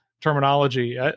terminology